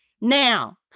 Now